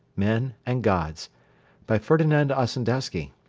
men and gods by ferdinand ossendowski